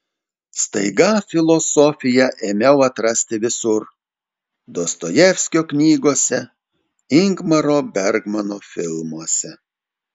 staiga filosofiją ėmiau atrasti visur dostojevskio knygose ingmaro bergmano filmuose